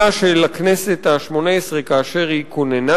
של הכנסת השמונה-עשרה כאשר היא כוננה,